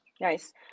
Nice